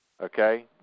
Okay